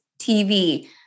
TV